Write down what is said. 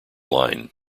line